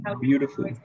beautiful